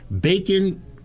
Bacon